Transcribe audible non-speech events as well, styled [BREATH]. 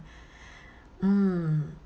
[BREATH] mm